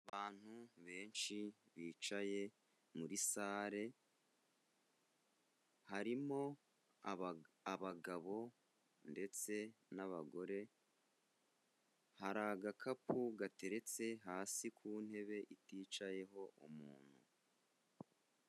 Abantu benshi bicaye muri sare, harimo abagabo ndetse n'abagore, hari agakapu gateretse hasi ku ntebe iticayeho umuntu.